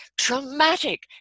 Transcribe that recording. traumatic